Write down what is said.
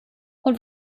und